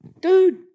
Dude